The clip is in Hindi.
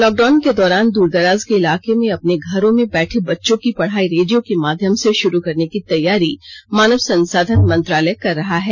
लॉकडाउन के दौरान दूर दराज के इलाके में अपने घरों में बैठे बच्चों की पढ़ाई रेडियो के माध्यम से शुरू करने की तैयारी मानव संसाधन मंत्रालय कर रहा है